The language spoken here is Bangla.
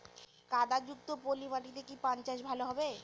কাদা যুক্ত পলি মাটিতে কি পান চাষ ভালো হবে?